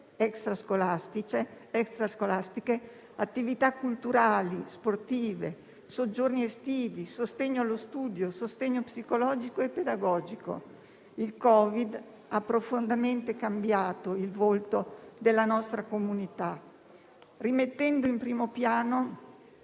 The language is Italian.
extrascolastiche, attività culturali, sportive, soggiorni estivi, sostegno allo studio, sostegno psicologico e pedagogico. Il Covid-19 ha profondamente cambiato il volto della nostra comunità, rimettendo in primo piano